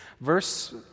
Verse